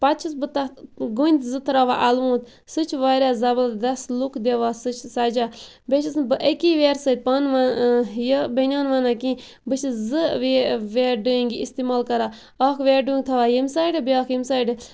پَتہٕ چھَس بہٕ تَتھ گۄنٛدۍ زٕ تراوان اَلوُنٛد سُہ چھ واریاہ زَبردَس لُک دِوان سُہ چھ سَجا بیٚیہِ چھَس نہٕ بہٕ اَکی ویٚرٕ سۭتۍ پن وَن یہِ بٔنۍیان وَنان کینٛہہ بہٕ چھَس زٕ وے ویرٕ ڈیٖنٛگ اِستعمال کَرا اکھ ویرٕ ڈوٗنٛگ تھاوان ییٚمہِ سایڈٕ بیاکھ ییٚمہِ سایڈٕ